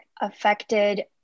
affected